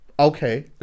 Okay